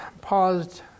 paused